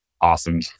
Awesome